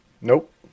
Nope